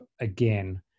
again